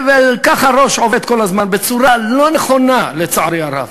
כך הראש עובד כל הזמן, בצורה לא נכונה, לצערי הרב.